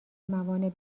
موانع